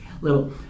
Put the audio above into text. little